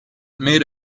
made